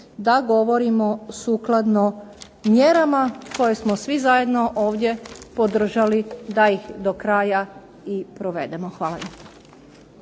da govorimo sukladno mjerama koje smo svi zajedno ovdje podržali da ih do kraja i provedemo. Hvala